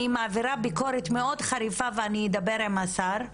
אני מעבירה על כך ביקורת מאוד חריפה ואני אדבר עם השר,